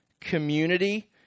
community